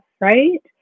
right